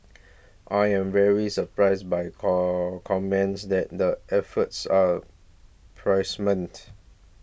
I am very surprised by call comments that the efforts are price